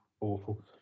awful